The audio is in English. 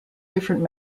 different